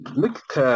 look